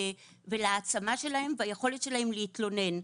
להעצמה שלהם והיכולת שלהם להתלונן,